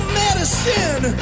medicine